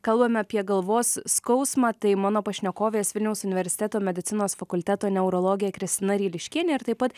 kalbam apie galvos skausmą tai mano pašnekovės vilniaus universiteto medicinos fakulteto neurologė kristina ryliškienė taip pat